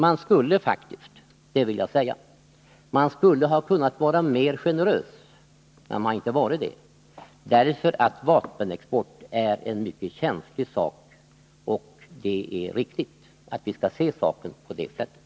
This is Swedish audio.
Man skulle faktiskt — det vill jag säga — ha kunnat vara mer generös, men man har inte varit det, eftersom vapenexport är en mycket känslig sak. Det är också riktigt att vi ser saken på det sättet.